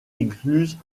écluses